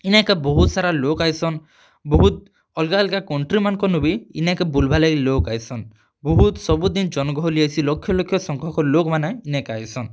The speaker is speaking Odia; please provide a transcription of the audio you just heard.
ଇନ୍କେ ବହୁତ୍ ସାରା ଲୋକ୍ ଆଏସନ୍ ବହୁତ ଅଲ୍ଗା ଅଲ୍ଗା କଣ୍ଟ୍ରି ମାନ୍ଙ୍କର୍ନୁ ବି ଇନ୍କେ ବୁଲ୍ବାର୍ ଲାଗି ଲୋକ୍ ଆଏସନ୍ ବହୁତ୍ ସବୁଦିନ୍ ଜନଗହଲି ହେସି ଲକ୍ଷ ଲକ୍ଷ ସଂଖ୍ୟକ୍ ଲୋକ୍ମାନେ ଇନ୍କେ ଆଏସନ୍